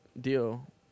deal